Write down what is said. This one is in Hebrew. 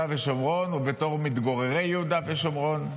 ושומרון או בתוך מתגוררי יהודה ושומרון,